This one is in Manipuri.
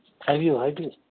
ꯍꯥꯏꯕꯤꯌꯨ ꯍꯥꯏꯕꯤꯌꯨ